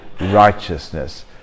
righteousness